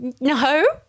No